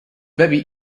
very